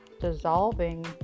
dissolving